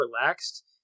relaxed